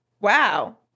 Wow